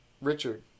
Richard